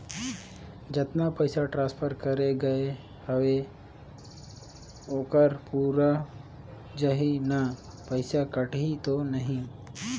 जतना पइसा ट्रांसफर करे गये हवे ओकर पूरा जाही न पइसा कटही तो नहीं?